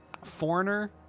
Foreigner